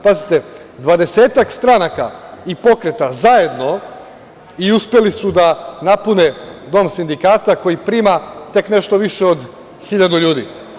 Pazite, dvadesetak stranaka i pokreta zajedno i uspeli su da napune Dom sindikata, koji prima tek nešto više od 1.000 ljudi.